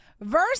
Verse